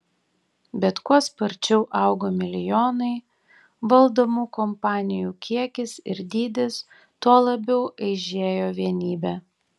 bet kuo sparčiau augo milijonai valdomų kompanijų kiekis ir dydis tuo labiau aižėjo vienybė